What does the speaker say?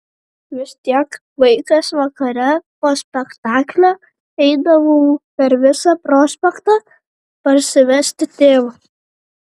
vis tiek vaikas vakare po spektaklio eidavau per visą prospektą parsivesti tėvo